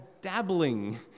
dabbling